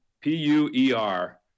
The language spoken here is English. P-U-E-R